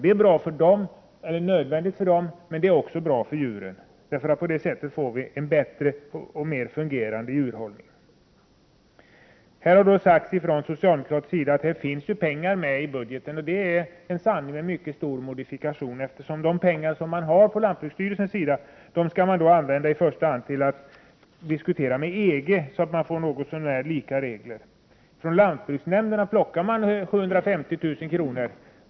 Det är nödvändigt för dem, men det är också bra för djuren. På det sättet får vi en bättre fungerande djurhållning. Från socialdemokratisk sida har det sagts att pengar finns medtagna i budgeten. Det är en sanning med mycket stor modifikation, eftersom de pengar lantbruksstyrelsen har i första hand skall användas för att diskutera med EG så att vi får något så när lika regler. Från lantbruksnämnderna plockar man 750 000 kr.